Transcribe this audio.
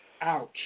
Ouch